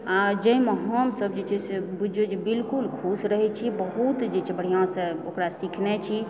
आ जाहिमे हमसब जे छै से बुझियो जे बिल्कुल खुश रहय छी बहुत जे छै बढ़िआँसँ ओकरा सीखने छी